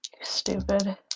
stupid